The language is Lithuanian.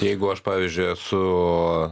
jeigu aš pavyzdžiui esu